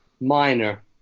minor